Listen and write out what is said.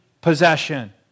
possession